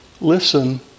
listen